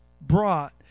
brought